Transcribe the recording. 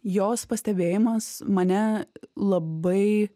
jos pastebėjimas mane labai